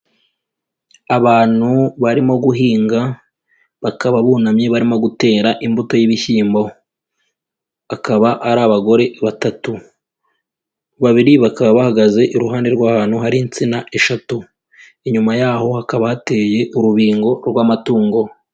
Abantu barimo guhinga, bakaba bunamye barimo gutera imbuto y'ibishyimbo, akaba ari abagore batatu, babiri bakaba bahagaze iruhande rw'ahantu hari insina eshatu, inyuma yaho hakaba hateye urubingo rw'amatungo.